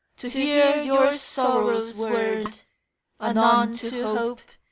to hear your sorrow's word anon to hope,